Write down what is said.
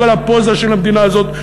כל הפוזה של המדינה הזאת,